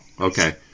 okay